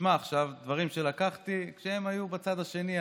שתשמע עכשיו דברים שלקחתי כשהם היו בצד השני,